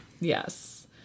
yes